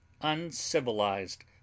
Uncivilized